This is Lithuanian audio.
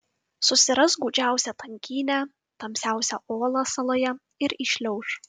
susiras gūdžiausią tankynę tamsiausią olą saloje ir įšliauš